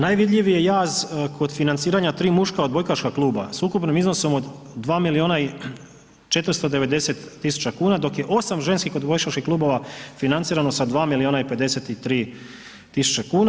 Najvidljiviji je jaz kod financiranja 3 muška odbojkaška kluba s ukupnim iznosom od 2 milijuna i 490 tisuća kuna, dok je 8 ženskih odbojkaških klubova financiran sa 2 milijuna i 53 tisuće kuna.